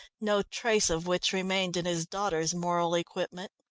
no trace of which remained in his daughter's moral equipment.